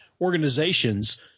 organizations